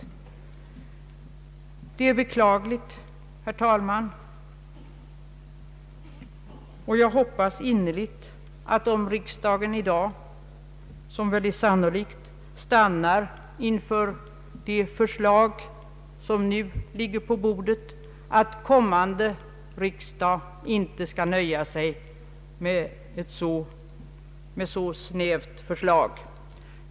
Detta är beklagligt, herr talman, och jag hoppas innerligt att om riksdagen i dag, som väl är sannolikt, stannar inför det förslag som nu ligger på bordet, kommande riksdag inte skall nöja sig med ett så snävt förslag.